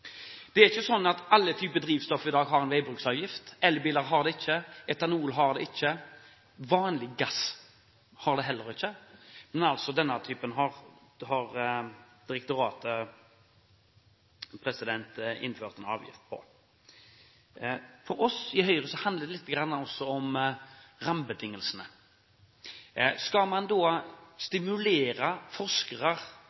Det er ikke sånn at alle typer drivstoff i dag har en veibruksavgift – elbiler har det ikke, etanol har det ikke, vanlig gass har det heller ikke. Men for denne typen har altså direktoratet innført en avgift. For oss i Høyre handler dette også litt om rammebetingelsene. Skal man